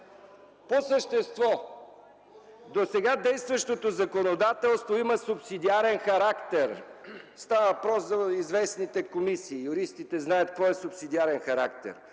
По същество. В досега действащото законодателство има термин „субсидиарен характер”. Става въпрос за известните комисии, юристите знаят какво е субсидиарен характер.